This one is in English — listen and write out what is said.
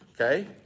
Okay